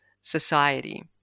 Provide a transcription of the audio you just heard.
society